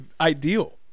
ideal